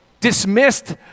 dismissed